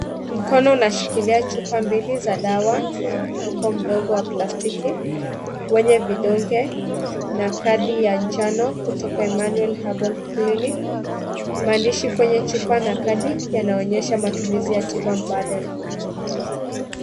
Mkono unashikilia chupa mbili za dawa na mfuko mdogo wa plastiki. Wenye vidonge na kadi ya njano kutoka Emanuel Herbal Clinic. Maandishi kwenye chupa na kadi yanaonyesha matumizi ya tiba mbadala.